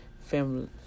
Family